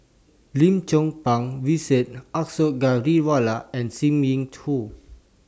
Lim Chong Pang Vijesh Ashok Ghariwala and SIM Yin two